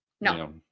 No